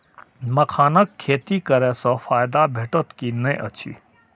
मखानक खेती करे स फायदा भेटत की नै अछि?